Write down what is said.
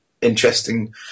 interesting